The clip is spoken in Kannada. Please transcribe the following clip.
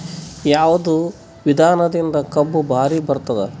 ಯಾವದ ವಿಧಾನದಿಂದ ಕಬ್ಬು ಭಾರಿ ಬರತ್ತಾದ?